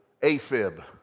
AFib